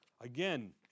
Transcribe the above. Again